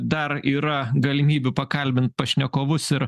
dar yra galimybių pakalbint pašnekovus ir